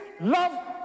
love